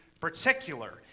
particular